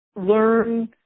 learn